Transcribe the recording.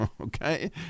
okay